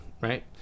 right